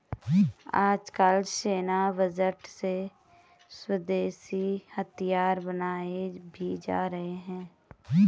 आजकल सैन्य बजट से स्वदेशी हथियार बनाये भी जा रहे हैं